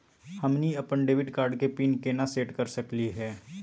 हमनी अपन debit card के पीन केना सेट कर सकली हे?